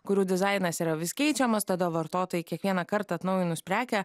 kurių dizainas yra vis keičiamas tada vartotojai kiekvieną kartą atnaujinus prekę